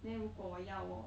then 如果我要我